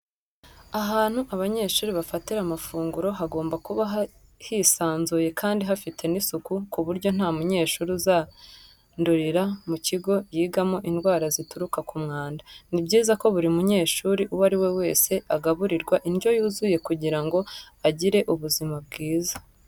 Ahantu abanyeshuri bafatira amafungura hagomba kuba hisanzuye kandi hafite n'isuku ku buryo nta munyeshuri uzandurira mu kigo yigamo indwara zituruka ku mwanda. Ni byiza ko buri munyeshuri uwo ari we wese agaburirwa indyo yuzuye kugira ngo agire ubuzima bwiza.